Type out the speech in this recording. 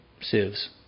sieves